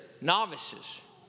novices